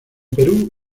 perú